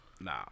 Nah